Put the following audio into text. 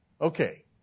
Okay